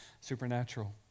supernatural